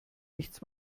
nichts